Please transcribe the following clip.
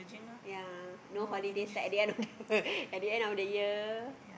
ya no holiday at the end of at the end of the year